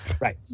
right